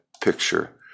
picture